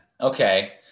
okay